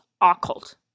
occult